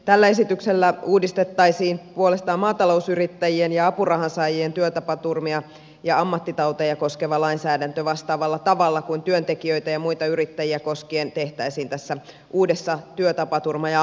tällä esityksellä uudistettaisiin puolestaan maatalousyrittäjien ja apurahansaajien työtapaturmia ja ammattitauteja koskeva lainsäädäntö vastaavalla tavalla kuin työntekijöitä ja muita yrittäjiä koskien tehtäisiin tässä uudessa työtapaturma ja ammattitautilaissa